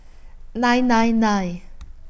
nine nine nine